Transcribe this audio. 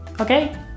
okay